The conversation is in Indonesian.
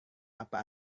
apa